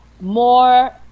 more